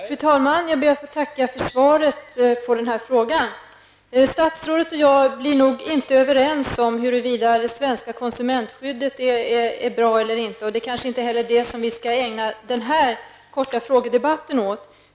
Fru talman! Jag ber att få tacka för svaret på min fråga. Statsrådet och jag blir nog inte överens om huruvida det svenska konsumentskyddet är bra eller inte. Det skall vi kanske inte heller ägna den här korta frågedebatten åt.